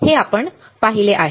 हे आपण पाहिले आहे